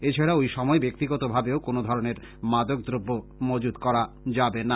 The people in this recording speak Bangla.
এছাড়া ঐ সময় ব্যক্তিগতভাবেও কোন ধরনের মাদকদ্রব্য মজুত করা যাবে না